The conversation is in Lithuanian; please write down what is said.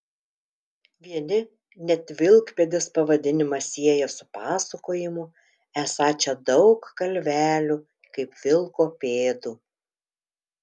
vieni net vilkpėdės pavadinimą sieja su pasakojimu esą čia daug kalvelių kaip vilko pėdų